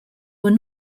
were